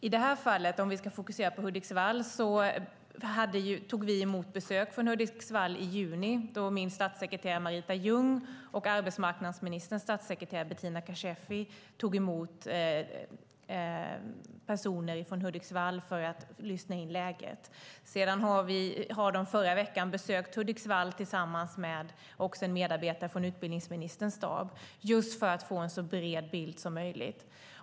I detta fall - om vi ska fokusera på Hudiksvall - tog vi emot besök därifrån i juni, då min statssekreterare Marita Ljung och arbetsmarknadsministerns statssekreterare Bettina Kashefi träffade personer för att lyssna in läget. De besökte sedan Hudiksvall i förra veckan tillsammans med en medarbetare från utbildningsministerns stab just för att få en så bred bild som möjligt.